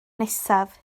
nesaf